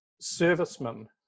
servicemen